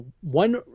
one